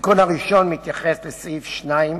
התיקון הראשון מתייחס לסעיף 2(א)